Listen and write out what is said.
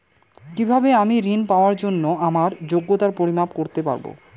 কিভাবে আমি ঋন পাওয়ার জন্য আমার যোগ্যতার পরিমাপ করতে পারব?